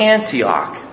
Antioch